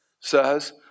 says